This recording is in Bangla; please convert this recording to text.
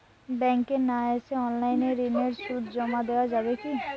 ব্যাংকে না এসে অনলাইনে ঋণের সুদ জমা দেওয়া যাবে কি?